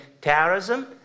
terrorism